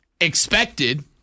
expected